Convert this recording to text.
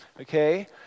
okay